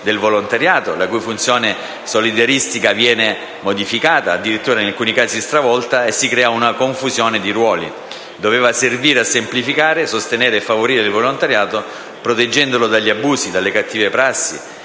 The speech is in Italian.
la cui funzione solidaristica viene modificata e addirittura in alcuni casi stravolta, creando una confusione di ruoli. Doveva servire a semplificare, sostenere e favorire il volontariato, proteggendolo dagli abusi, dalle cattive prassi